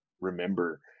remember